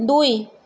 দুই